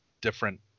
different